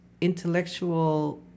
intellectual